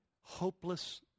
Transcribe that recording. hopeless